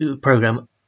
program